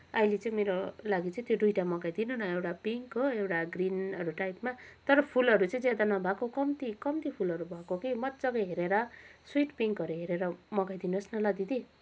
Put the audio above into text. अहिले चाहिँ मेरो लागि त्यो दुईवटा मगाइदिनु न एउटा पिङ्क हो एउटा ग्रिनहरू टाइपमा तर फुलहरू चाहिँ ज्यादा नभएको कम्ती कम्ती फुलहरू भएको के मज्जाको हेरेर स्विट पिङ्कहरू हेरेर मगाइदिनुहोस् न ल दिदी